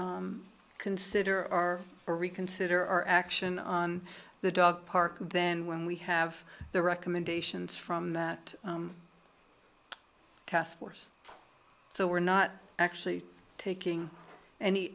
consider or reconsider our action on the dog park then when we have the recommendations from that task force so we're not actually taking any